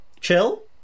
Chill